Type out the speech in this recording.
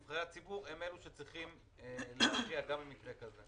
נבחרי הציבור הם אלה שצריכים להכריע גם במקרה כזה.